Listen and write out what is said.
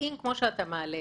נושאים כמו שאתה מעלה,